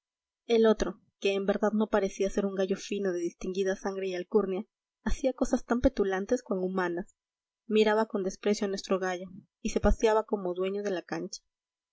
el otro que en verdad no parecía ser un gallo fino de distinguida sangre y alcurnia hacía cosas tan petulantes cuan humanas miraba con desprecio a nuestro gallo y se paseaba como dueño de la cancha